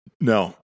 No